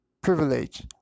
privilege